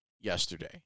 yesterday